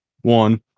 one